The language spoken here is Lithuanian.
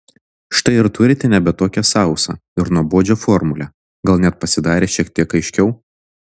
štai ir turite nebe tokią sausą ir nuobodžią formulę gal net pasidarė šiek tiek aiškiau